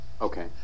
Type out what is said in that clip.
Okay